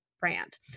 Brand